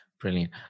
Brilliant